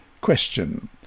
Question